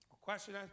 question